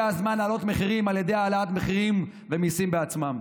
הזמן להעלות מחירים על ידי העלאת מחירים במיסים בעצמם.